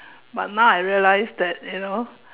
but now I realise that you know